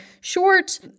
short